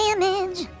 damage